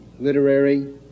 literary